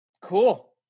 Cool